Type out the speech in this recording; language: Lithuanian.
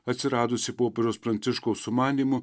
atsiradusi popiežiaus pranciškaus sumanymu